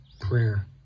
prayer